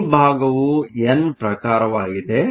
ಈ ಭಾಗವು ನಿಮ್ಮ ಎನ್ ಪ್ರಕಾರವಾಗಿದೆ